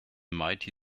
mighty